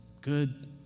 good